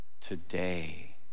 today